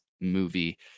movie